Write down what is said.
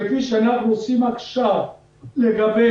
כפי שאנחנו עושים עכשיו לגבי